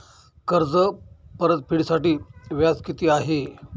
कर्ज परतफेडीसाठी व्याज किती आहे?